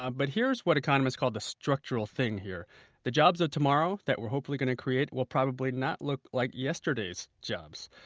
um but here's what economists call the structural thing here the jobs of tomorrow that we're hopefully going to create will probably not look like yesterday's jobs.